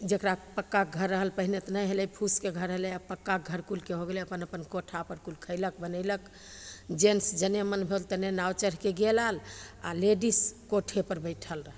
जकरा पक्का घर रहल पहिले तऽ नहि हेलै फूसके घर हेलै आब पक्काके घर कुलके हो गेलै अपन अपन कोठापर कुल खएलक बनेलक जेन्टस जने मोन भेल तने नाव चढ़िके गेल आएल आओर लेडिस कोठेपर बैठल रहल